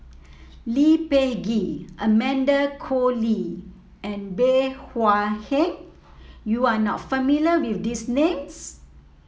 Lee Peh Gee Amanda Koe Lee and Bey Hua Heng you are not familiar with these names